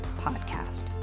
Podcast